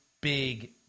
big